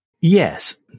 Yes